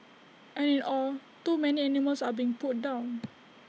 and in all too many animals are being put down